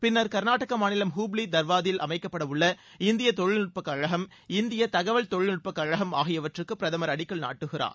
பின்னர் கர்நாடக மாநிலம் ஹுப்ளி தர்வாதில் அமைக்கப்படவுள்ள இந்திய தொழில்நுட்பக்கழகம் இந்திய தகவல் தொழில்நுட்பக்கழகம் ஆகியவற்றுக்கு பிரதமர் அடிக்கல் நாட்டுகிறார்